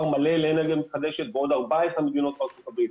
מלא לאנרגיה מתחדשת ועוד 14 מדינות בארצות הברית.